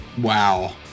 Wow